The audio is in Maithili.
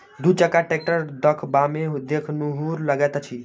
दू चक्का टेक्टर देखबामे देखनुहुर लगैत अछि